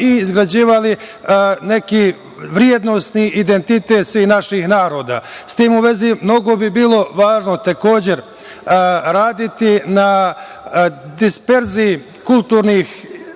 i izgrađivali neki vrednosni identitet svih naših naroda.S tim u vezi, mnogo bi bilo važno raditi na disperziji kulturnih